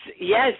yes